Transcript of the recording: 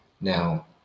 Now